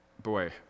Boy